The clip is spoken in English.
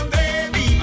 baby